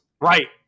Right